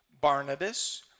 Barnabas